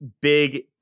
big